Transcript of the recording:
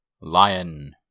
Lion